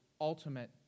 ultimate